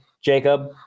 Jacob